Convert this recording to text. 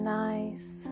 nice